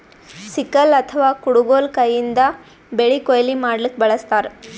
sickle ಅಥವಾ ಕುಡಗೊಲ್ ಕೈಯಿಂದ್ ಬೆಳಿ ಕೊಯ್ಲಿ ಮಾಡ್ಲಕ್ಕ್ ಬಳಸ್ತಾರ್